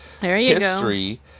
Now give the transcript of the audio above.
history